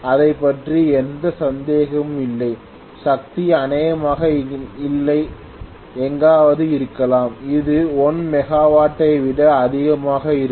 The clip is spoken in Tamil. அதைப் பற்றி எந்த சந்தேகமும் இல்லை சக்தி அநேகமாக இங்கே எங்காவது இருக்கலாம் இது 1 மெகாவாட் டை விட அதிகமாக இருக்கும்